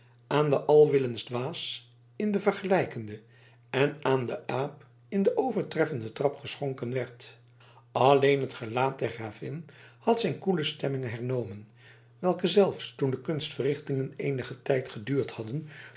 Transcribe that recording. aan den alwillensdwaas in den vergelijkenden en aan den aap in den overtreffenden trap geschonken werd alleen het gelaat der gravin had zijn koele stemming hernomen welke zelfs toen de kunstverrichtingen eenigen tijd geduurd hadden